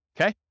Okay